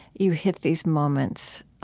you hit these moments